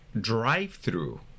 drive-through